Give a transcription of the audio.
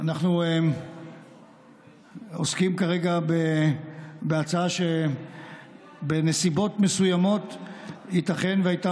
אנחנו עוסקים כרגע בהצעה שבנסיבות מסוימות ייתכן שהייתה